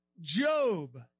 Job